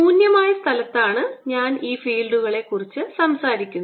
ശൂന്യമായ സ്ഥലത്താണ് ഞാൻ ഈ ഫീൽഡുകളെക്കുറിച്ച് സംസാരിക്കുന്നത്